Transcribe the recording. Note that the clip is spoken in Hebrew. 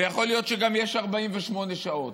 ויכול להיות שגם יש 48 שעות,